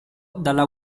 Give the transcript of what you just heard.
dalla